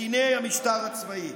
נתיני המשטר הצבאי,